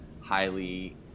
highly